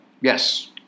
Yes